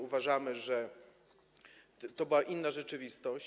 Uważamy, że to była inna rzeczywistość.